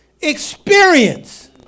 experience